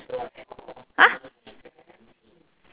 !huh!